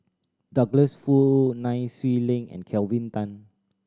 Douglas Foo Nai Swee Leng and Kelvin Tan